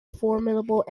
formidable